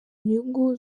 nyungu